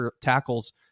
tackles